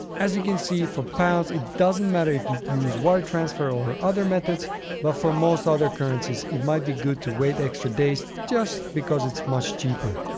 as you can see, for pounds, it doesn't matter if you use wire transfer or other methods but for most other currencies, it might be good to wait extra days just because it's much cheaper.